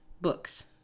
Books